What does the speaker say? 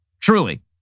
Truly